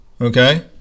Okay